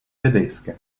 tedesche